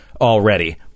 already